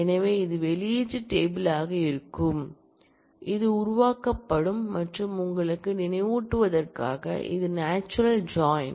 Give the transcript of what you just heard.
எனவே இது வெளியீட்டு டேபிள் யாக இருக்கும் இது உருவாக்கப்படும் மற்றும் உங்களுக்கு நினைவூட்டுவதற்காக இது நாச்சுரல் ஜாயின்